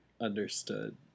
Understood